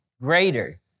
greater